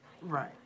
Right